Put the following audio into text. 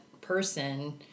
person